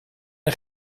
een